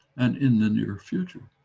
and in the near future.